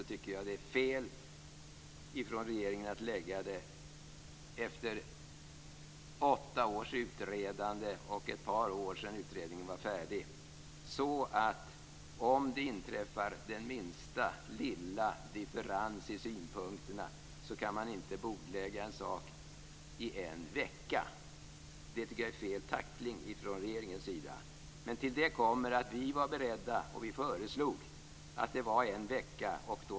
Jag tycker att det är fel av regeringen att lägga fram förslaget på hösten med en sådan tidsram att man inte kan bordlägga ärendet en vecka, om den minsta lilla differens uppkommer i synpunkterna. Det är fel tackling från regeringens sida. Till det kommer att vi var beredda till, och vi föreslog det, en vecka.